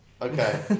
Okay